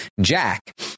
Jack